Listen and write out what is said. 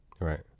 Right